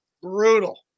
brutal